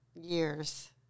years